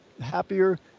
happier